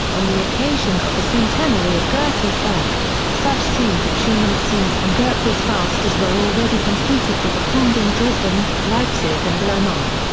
on the occasion of the centenary of goethe's birth, such scenes of schumann's scenes from goethe's faust as were already completed were performed in dresden, leipzig and weimar.